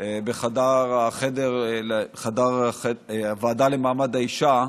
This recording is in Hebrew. בחדר הוועדה למעמד האישה.